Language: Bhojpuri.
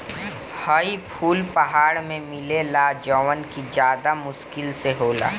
हई फूल पहाड़ में मिलेला जवन कि ज्यदा मुश्किल से होला